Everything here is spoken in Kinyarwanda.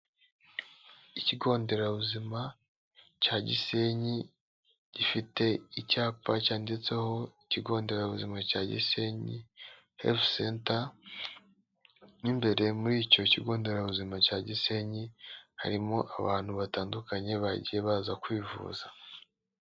Ikigo nderabuzima cya gisenyi, gifite icyapa cyanditseho ikigo nderabuzima cya gisenyi herifu senta mo imbere muri icyo kigo nderabuzima cya gisenyi harimo abantu batandukanye bagiye baza kwivuza.